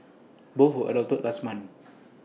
both were adopted last month